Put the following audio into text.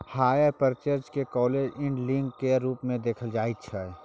hire purchase केँ close end leasing केर रूप मे देखाएल जाइ छै